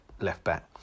left-back